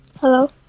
Hello